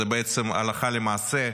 זה בעצם, הלכה למעשה,